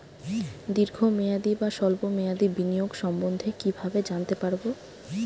দীর্ঘ মেয়াদি বা স্বল্প মেয়াদি বিনিয়োগ সম্বন্ধে কীভাবে জানতে পারবো?